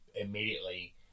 immediately